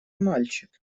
мальчик